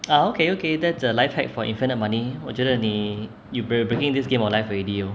ah okay okay that's a life hack for infinite money 我觉得你 you brea~ breaking this game of life already yo